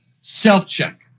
self-check